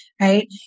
right